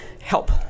help